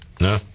No